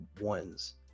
ones